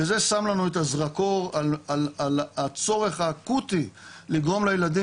וזה שם לנו את הזרקור על הצורך האקוטי לגרום לילדים